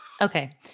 okay